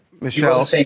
Michelle